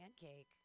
Pancake